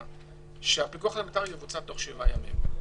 אומרת שהפיקוח הפרלמנטרי יבוצע תוך 7 ימים.